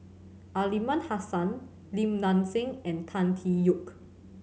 Aliman Hassan Lim Nang Seng and Tan Tee Yoke